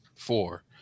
four